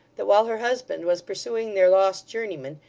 that while her husband was pursuing their lost journeyman,